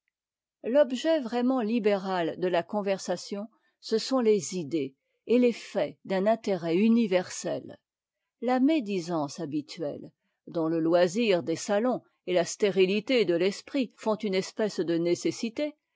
l'objet vraiment libéral de la conversation ce sont les idées et les faits d'un intérêt universel la médisance habituelle dont le loisir des salons et la stérilité de l'esprit font une espèce de nécessité